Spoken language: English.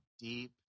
deep